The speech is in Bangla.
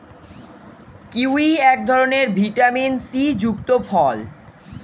কিউই এক ধরনের ভিটামিন সি যুক্ত ফল